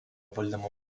valdymo